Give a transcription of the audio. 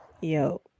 Yo